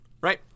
right